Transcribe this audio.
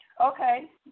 Okay